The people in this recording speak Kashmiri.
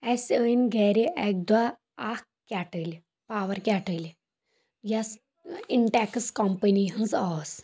اسہِ أنۍ گرِ اکہِ دۄہ اکھ کیٚٹٕلۍ پاور کیٚٹٕلۍ یۄس انٹیٚکٕس کمپٔنی ہِنٛز ٲس